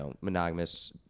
monogamous